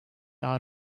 out